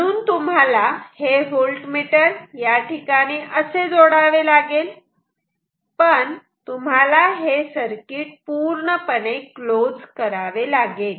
म्हणून तुम्हाला हे व्होल्ट मिटर याठिकाणी असे जोडावे लागेल पण तुम्हाला हे सर्किट पूर्णपणे क्लोज करावे लागेल